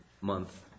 month